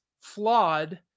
flawed